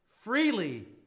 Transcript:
freely